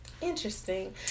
interesting